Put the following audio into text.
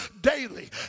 daily